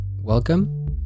Welcome